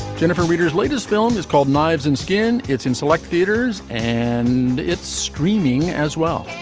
jennifer readers latest film is called knives and skin. it's in select theaters and it's streaming as well